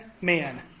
man